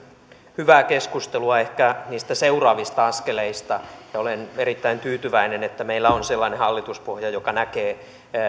hyvää keskustelua ehkä niistä seuraavista askeleista ja olen erittäin tyytyväinen että meillä on sellainen hallituspohja joka näkee